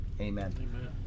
Amen